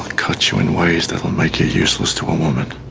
kuchu in ways that make it useless to a woman.